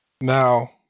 Now